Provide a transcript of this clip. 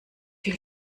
viel